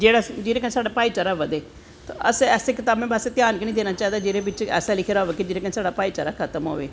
जेह्दे कन्नैं साढ़े भाई चारा बदै ते असैं ऐसी कतावें पास्सै ध्यान गै नी देना चाही दा जेह्दे बिच्च लिखे दा होऐ कि जेह्दे कन्नैं साढ़ा भाई चारा खत्म होऐ